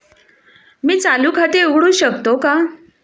मी चालू खाते उघडू शकतो का?